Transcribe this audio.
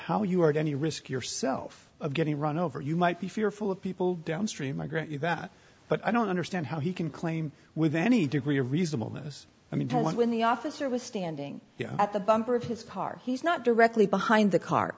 how you are at any risk yourself of getting run over you might be fearful of people downstream i grant you that but i don't understand how he can claim with any degree of reasonableness i mean when the officer was standing at the bumper of his car he's not directly behind the car